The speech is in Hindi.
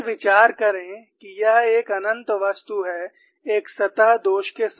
और विचार करें कि यह एक अनंत वस्तु है एक सतह दोष के साथ